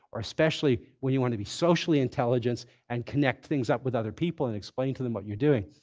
or especially when you want to be socially intelligent and connect things up with other people and explain to them what you're doing,